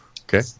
Okay